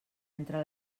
entre